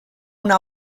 una